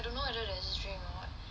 don't know whether there's this drink or not